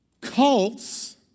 Cults